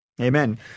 Amen